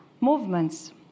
movements